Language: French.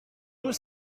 tout